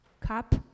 cup